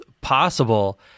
possible